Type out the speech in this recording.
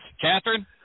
Catherine